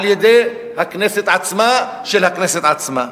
על-ידי הכנסת עצמה, של הכנסת עצמה.